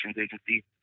Agency